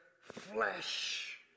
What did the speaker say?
flesh